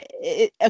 okay